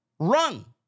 Run